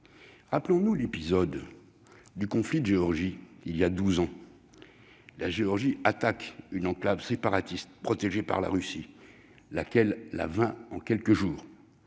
Rappelons-nous l'épisode du conflit de Géorgie : voilà douze ans, la Géorgie attaque une enclave séparatiste protégée par la Russie, laquelle la vainc en quelques jours.